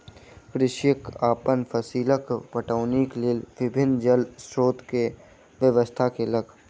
कृषक अपन फसीलक पटौनीक लेल विभिन्न जल स्रोत के व्यवस्था केलक